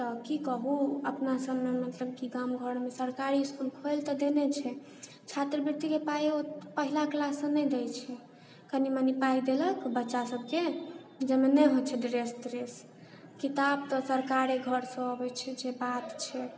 तऽ कि कहू अपनासबमे मतलब कि गाम घरमे सरकारी इसकुल खोलि तऽ देने छै छात्रवृतिके पाइ पहिला क्लाससँ नहि दै छै कनी मनी पाइ देलक बच्चासबके जाहिमे नहि होइ छै ड्रेस त्रेस किताब तऽ सरकारे घरसँ अबै छै जे बात छै